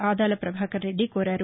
ఆదాల ప్రభాకర్ రెడ్డి కోరారు